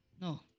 No